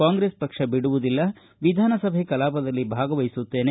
ಕಾಂಗ್ರೆಸ್ ಪಕ್ಷ ಬಿಡುವುದಿಲ್ಲ ವಿಧಾನಸಭೆ ಕಲಾಪದಲ್ಲಿ ಭಾಗವಹಿಸುತ್ತೇನೆ